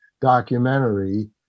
documentary